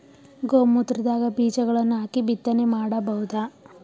ಗೋ ಮೂತ್ರದಾಗ ಬೀಜಗಳನ್ನು ಹಾಕಿ ಬಿತ್ತನೆ ಮಾಡಬೋದ?